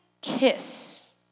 kiss